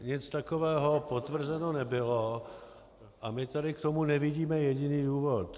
Nic takového potvrzeno nebylo a my tady k tomu nevidíme jediný důvod.